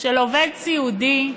של עובד סיעודי,